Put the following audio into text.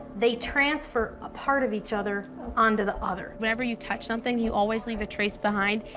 they transfer ah part of each other onto the other. whenever you touch something, you always leave a trace behind,